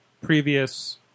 previous –